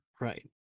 Right